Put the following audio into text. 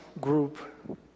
group